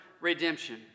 redemption